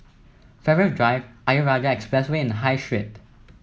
Farrer Drive Ayer Rajah Expressway and High Street